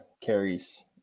carries